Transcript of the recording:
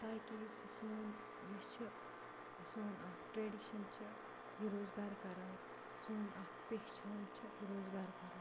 تاکہِ یُس یہِ سون یہِ چھِ سون اَکھ ٹرٛیڈِشَن چھِ یہِ روزِ بَرقرار سون اَکھ پہچان چھِ یہِ روزِ بَرقرار